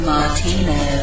Martino